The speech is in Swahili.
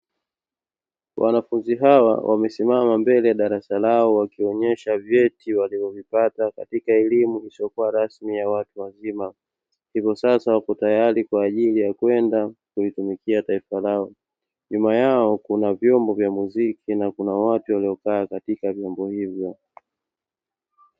Wanafunzi hawa wamesimama mbele ya darasa lao, wakionesha vyeti walivyovipata katika elimu isiyokua rasmi ya watu wazima, hivi sasa wapo tayari kwa ajili ya kwenda kulitumikia taifa lao, nyuma yao kuna vyombo vya muziki na kuna watu waliokaa katika vyombo hivyo.